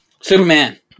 Superman